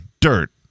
Dirt